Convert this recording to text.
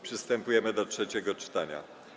Przystępujemy do trzeciego czytania.